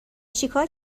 چیکار